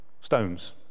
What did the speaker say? stones